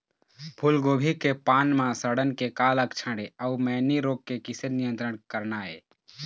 फूलगोभी के पान म सड़न के का लक्षण ये अऊ मैनी रोग के किसे नियंत्रण करना ये?